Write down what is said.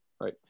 Right